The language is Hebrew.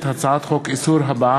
הצעת החוק התקבלה בקריאה שלישית.